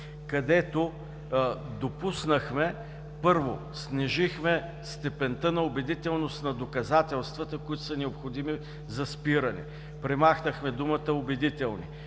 където допуснахме, първо, снижихме степента на убедителност на доказателствата, които са необходими за спиране. Премахнахме думата „убедителни“.